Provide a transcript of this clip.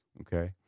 Okay